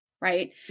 right